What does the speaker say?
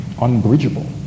unbridgeable